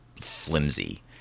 flimsy